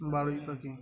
বাবুই পাখি